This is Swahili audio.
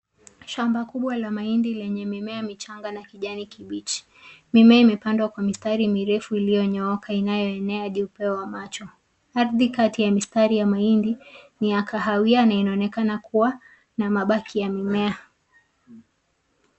Shamba kubwa la mimea lenye mimea michanga ya kijani kibichi. Mimea imepandwa kwa mistari mirefu iliyonyooka inayoenea hadi upeo wa macho .Kadri kati ya mistari ya mahindi ni ya kahawia na inaonekana kuwa na mabaki ya mimea.